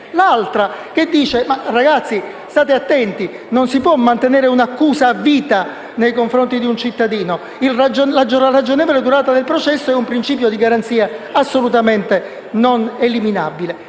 quella che dice che non si può mantenere un'accusa a vita nei confronti di un cittadino, e la ragionevole durata del processo è un principio di garanzia assolutamente non eliminabile.